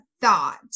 thought